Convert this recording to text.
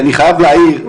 אני חייב להעיר,